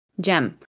gem